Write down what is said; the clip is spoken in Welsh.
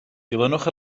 dilynwch